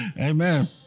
Amen